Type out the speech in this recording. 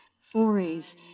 forays